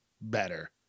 better